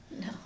No